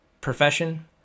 profession